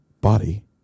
body